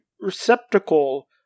receptacle